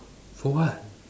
for what